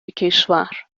کشور